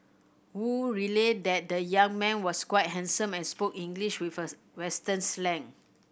Wu relayed that the young man was quite handsome and spoke English with us western slang